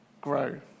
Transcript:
grow